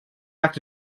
act